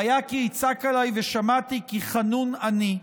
והיה כי יצעק אלי ושמעתי כי חנון אני".